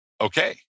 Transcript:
okay